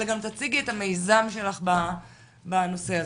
אלא גם תציגי את המיזם שלך בנושא הזה.